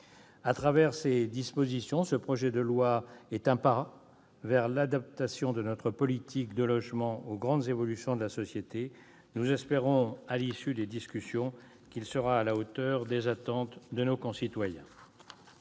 À travers ces dispositions, le projet de loi est un pas vers l'adaptation de notre politique de logement aux grandes évolutions de la société. Nous espérons qu'il sera, à l'issue des discussions, à la hauteur des attentes de nos concitoyens.